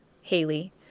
Haley